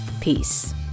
Peace